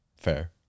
Fair